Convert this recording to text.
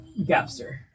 Gabster